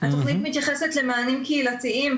התוכנית מתייחסת למענים קהילתיים,